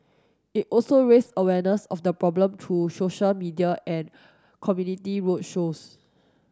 it also raised awareness of the problem through social media and community road shows